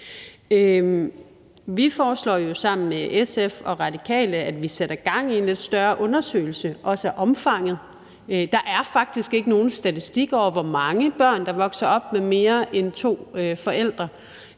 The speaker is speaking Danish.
Vi foreslår sammen med SF og Radikale, at vi sætter gang i en lidt større undersøgelse, også af omfanget. Der er faktisk ikke nogen statistik over, hvor mange børn der vokser op med mere end to forældre